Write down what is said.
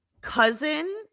cousin